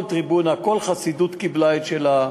כל חסידות קיבלה את שלה.